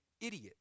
idiot